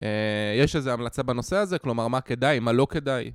יש איזו המלצה בנושא הזה? כלומר, מה כדאי? מה לא כדאי?